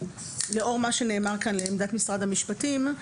לאור מה שנאמר כאן לעמדת משרד המשפטים,